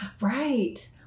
Right